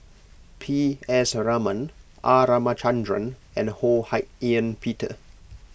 P S Raman R Ramachandran and Ho Hak Ean Peter